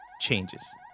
changes